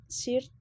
shirt